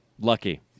Lucky